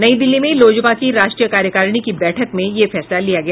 नई दिल्ली में लोजपा की राष्ट्रीय कार्यकारिणी की बैठक में यह फैसला किया गया